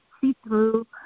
see-through